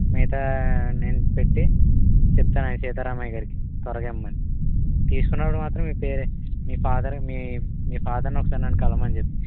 మిగతా నేను పెట్టి చెప్తాను ఆ సీతారామయ్య గారికి త్వరగా ఇవ్వమని తీసుకునేటప్పుడు మాత్రం మీ పేరే మీ ఫాదర్ మీ ఫాదర్ని ఒకసారి నన్ను కలవమని చెప్పు